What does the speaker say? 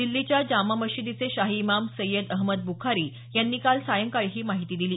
दिछीच्या जामा मशिदीचे शाही इमाम सय्यद अहमद बुखारी यांनी काल सायंकाळी ही माहिती दिली